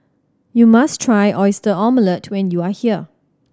you must try Oyster Omelette when you are here